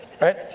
right